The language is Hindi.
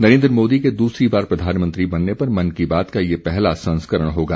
नरेन्द्र मोदी के दूसरी बार प्रधानमंत्री बनने पर मन की बात का यह पहला संस्करण होगा